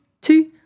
two